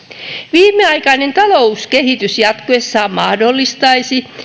viimeaikainen talouskehitys jatkuessaan mahdollistaisi